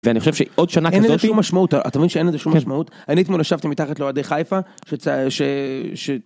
ואני חושב שעוד שנה כזאת, אין לזה שום משמעות, אתה מבין שאין לזה שום משמעות? אני אתמול ישבתי מתחת לאוהדי חיפה...